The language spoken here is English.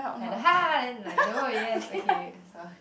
like the then like though yes okay